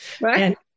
Right